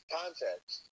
context